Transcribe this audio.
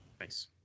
Nice